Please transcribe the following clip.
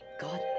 God